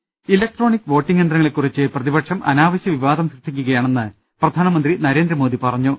് electronic voting യന്ത്രങ്ങളെകുറിച്ച് പ്രതിപക്ഷം അനാവശ്യ വിവാദം സൃഷ്ടിക്കുകയാണെന്ന് പ്രധാനമന്ത്രി നരേന്ദ്രമോദി പറഞ്ഞു